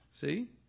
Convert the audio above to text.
See